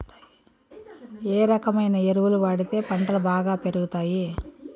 ఏ రకమైన ఎరువులు వాడితే పంటలు బాగా పెరుగుతాయి?